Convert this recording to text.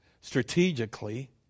strategically